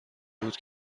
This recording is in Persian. بود